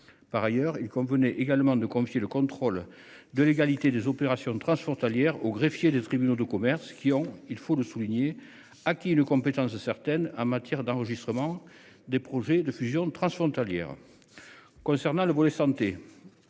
Par ailleurs il convenait également de confier le contrôle de légalité des opérations transfrontalières, aux greffiers des tribunaux de commerce qui ont, il faut le souligner acquis les compétences certaines en matière d'enregistrement des projets de fusions transfrontalières. Concernant le volet santé.